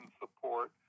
support